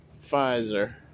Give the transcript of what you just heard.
Pfizer